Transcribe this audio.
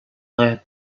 had